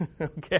okay